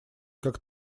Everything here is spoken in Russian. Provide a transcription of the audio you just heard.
как